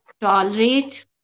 tolerate